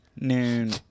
Noon